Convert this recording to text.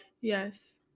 yes